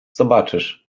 zobaczysz